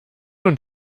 und